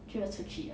就要出去 liao